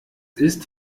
ist